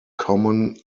common